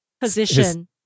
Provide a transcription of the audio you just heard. position